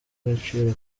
agaciro